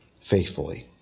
faithfully